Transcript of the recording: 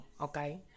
okay